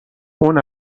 اون